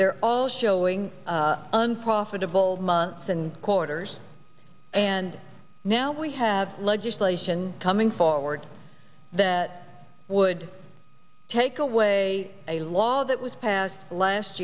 they're all showing unprofitable months and quarters and now we have legislation coming forward that would take away a law that was passed last